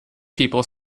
people